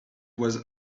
was